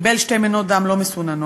קיבל שתי מנות דם לא מסוננות,